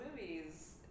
movies